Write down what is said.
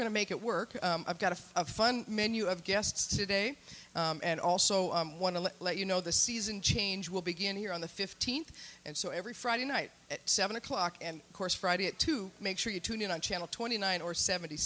to make it work i've got a fun menu of guests today and also want to let you know the season change will begin here on the fifteenth and so every friday night at seven o'clock and of course friday it to make sure you tune in on channel twenty nine or seventy